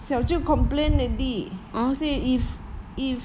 小舅 complain already say if if